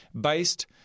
Based